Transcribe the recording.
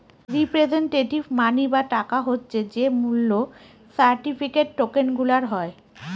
representative money বা টাকা হচ্ছে যে মূল্য সার্টিফিকেট, টকেনগুলার হয়